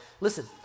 Listen